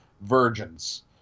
virgins